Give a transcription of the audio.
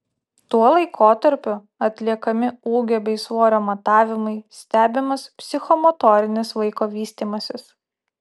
tuo laikotarpiu atliekami ūgio bei svorio matavimai stebimas psichomotorinis vaiko vystymasis